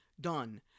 done